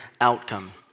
outcome